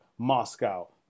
Moscow